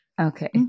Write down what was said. Okay